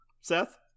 Seth